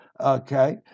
okay